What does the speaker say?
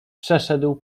przeszedł